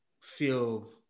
feel